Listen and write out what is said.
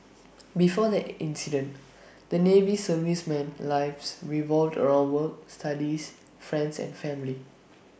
before the incident the navy serviceman's life revolved around work studies friends and family